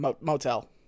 motel